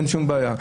אין שום בעיה.